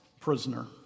prisoner